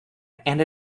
and